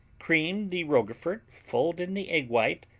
cream the roquefort, fold in the egg white,